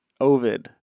Ovid